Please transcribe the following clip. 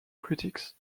critics